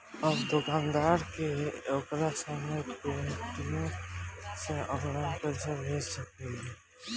अब दोकानदार के ओकरा सामने पेटीएम से ऑनलाइन पइसा भेजा सकेला